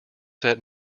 set